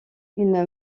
une